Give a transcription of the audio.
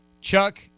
Chuck